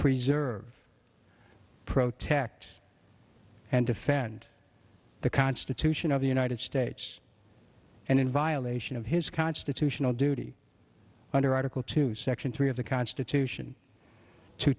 preserve pro tax and defend the constitution of the united states and in violation of his constitutional duty under article two section three of the constitution to